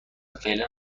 فعلا